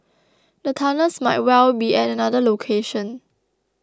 the tunnels might well be at another location